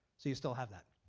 so you still have that,